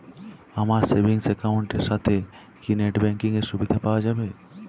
আমার savings account এর সাথে কি নেটব্যাঙ্কিং এর সুবিধা পাওয়া যাবে?